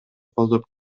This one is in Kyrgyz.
колдоп